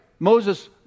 Moses